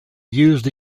used